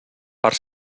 per